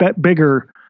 bigger